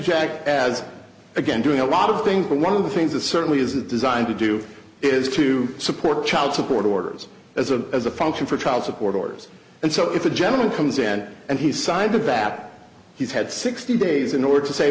jack as again doing a lot of things but one of the things that certainly isn't designed to do is to support child support orders as a as a function for child support orders and so if a gentleman comes in and he's signed the bat he's had sixty days in order to say